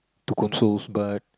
to console but